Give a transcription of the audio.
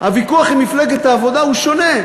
הוויכוח עם מפלגת העבודה הוא שונה.